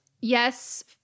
yes